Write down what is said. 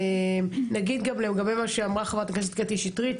נגיד גם לגבי מה שאמרה ח"כ קטי שטרית,